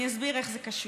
אני אסביר איך זה קשור.